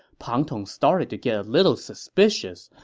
pang tong started to get a little suspicious,